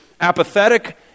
apathetic